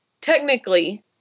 Technically